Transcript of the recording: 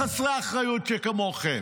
חסרי אחריות שכמוכם?